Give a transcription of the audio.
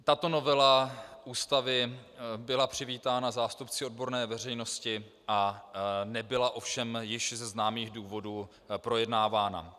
Tato novela Ústavy byla přivítána zástupci odborné veřejnosti a nebyla ovšem z již známých důvodů projednávána.